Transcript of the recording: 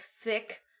thick